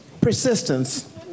Persistence